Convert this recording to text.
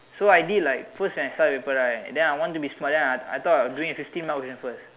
so I did like first and third paper right then I want to be smart then I thought of doing the fifteen mark question mark question first